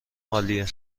عالیه